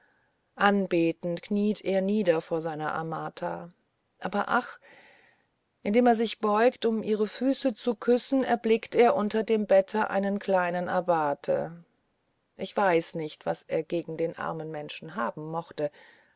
anbetend kniet er nieder vor seiner amata aber ach indem er sich beugt um ihre füße zu küssen erblickt er unter dem bette einen kleinen abate ich weiß nicht was er gegen den armen menschen haben mochte